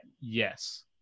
Yes